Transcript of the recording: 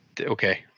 okay